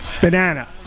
Banana